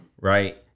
right